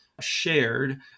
shared